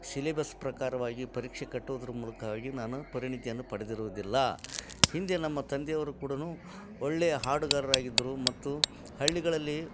syllabus ಪ್ರಕಾರವಾಗಿ ಪರೀಕ್ಷೆ ಕಟ್ಟುವುದ್ರ ಮೂಲಕವಾಗಿ ನಾನು ಪರಿಣಿತಿಯನ್ನು ಪಡೆದಿರುವುದಿಲ್ಲ ಹಿಂದೆ ನಮ್ಮ ತಂದೆಯವರು ಕೂಡ ಒಳ್ಳೆಯ ಹಾಡುಗಾರರಾಗಿದ್ದರು ಮತ್ತು ಹಳ್ಳಿಗಳಲ್ಲಿ